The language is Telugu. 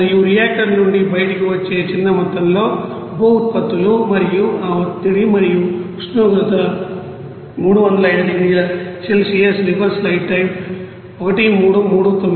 మరియు రియాక్టర్ నుండి బయటకు వచ్చే చిన్న మొత్తంలో ఉప ఉత్పత్తులు మరియు ఆ ఒత్తిడి మరియు ఉష్ణోగ్రత 305 డిగ్రీల సెల్సియస్